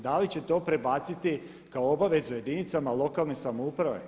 Da li će to prebaciti kao obavezu jedinicama lokalne samouprave?